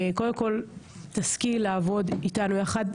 אני מאוד מקווה שתשכיל לעבוד איתנו יחד.